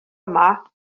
yma